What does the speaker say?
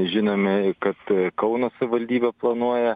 žinome kad kauno savivaldybė planuoja